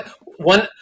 one